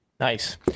Nice